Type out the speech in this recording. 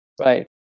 Right